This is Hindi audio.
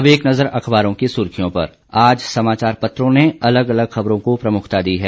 अब एक नज़र अखबारों की सुर्खियों पर आज समाचार पत्रों ने अलग अलग खबरों को प्रमुखता दी है